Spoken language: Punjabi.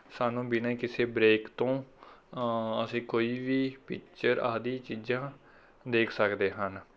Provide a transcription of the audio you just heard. ਸਾਨੂੰ ਬਿਨਾਂ ਹੀ ਕਿਸੇ ਬਰੇਕ ਤੋਂ ਅਸੀਂ ਕੋਈ ਵੀ ਪਿਕਚਰ ਆਦਿ ਚੀਜ਼ਾਂ ਦੇਖ ਸਕਦੇ ਹਨ